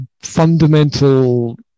fundamental